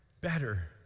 better